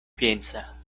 piensa